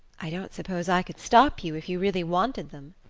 i don't suppose i could stop you if you really wanted them!